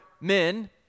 men